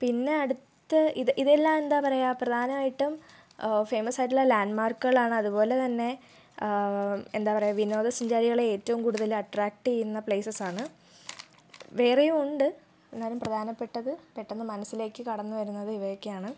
പിന്നെ അടുത്ത ഇത് ഇതെല്ലാം എന്താണ് പറയുക പ്രധാനമായിട്ടും ഫേമസ് ആയിട്ടുള്ള ലാൻഡ് മാർക്കുകളാണ് അതുപോലെ തന്നെ എന്താണ് പറയുക വിനോദസഞ്ചാരികളെ ഏറ്റവും കൂടുതൽ അട്രാക്ട് ചെയ്യുന്ന പ്ലേസസ് ആണ് വേറെയും ഉണ്ട് എന്നാലും പ്രധാനപ്പെട്ടത് പെട്ടെന്ന് മനസ്സിലേക്ക് കടന്നുവരുന്നത് ഇവയൊക്കെയാണ്